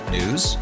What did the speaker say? News